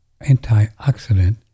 antioxidant